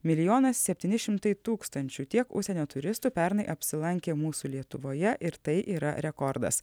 milijonas septyni šimtai tūkstančių tiek užsienio turistų pernai apsilankė mūsų lietuvoje ir tai yra rekordas